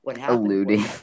Alluding